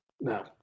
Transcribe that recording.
No